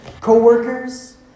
co-workers